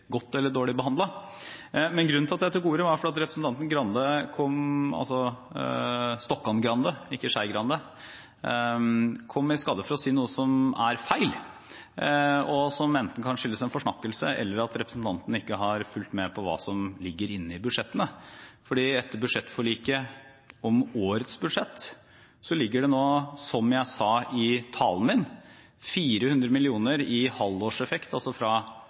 godt eller dårlig behandlet. Men grunnen til at jeg tok ordet, var at representanten Stokkan Grande kom i skade for å si noe som er feil, og som enten kan skyldes en forsnakkelse eller at representanten ikke har fulgt med på hva som ligger inne i budsjettene. Etter budsjettforliket om årets budsjett ligger det nå, som jeg sa i talen min, 400 mill. kr i halvårseffekt, altså fra